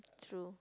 true